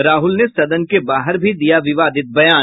राहुल ने सदन के बाहर भी दिया विवादित बयान